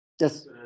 yes